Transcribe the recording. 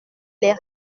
les